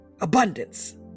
Abundance